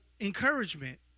encouragement